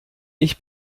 ich